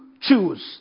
choose